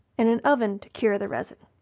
and an oven to cure the resin.